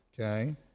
Okay